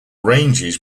ranges